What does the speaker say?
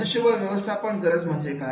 मनुष्यबळ व्यवस्थापन गरज म्हणजे काय